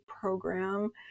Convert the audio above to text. program